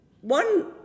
one